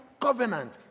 covenant